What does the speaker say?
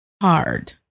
Hard